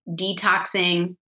detoxing